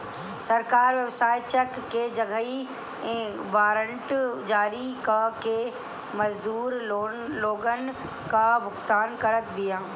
सरकार व्यवसाय चेक के जगही वारंट जारी कअ के मजदूर लोगन कअ भुगतान करत बिया